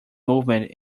movement